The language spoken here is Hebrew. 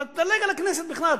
תדלג על הכנסת בכלל,